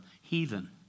heathen